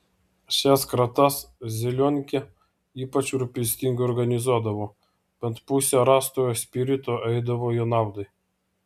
šias kratas zelionkė ypač rūpestingai organizuodavo bent pusė rastojo spirito eidavo jo naudai